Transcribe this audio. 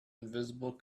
invisible